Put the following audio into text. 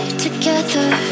together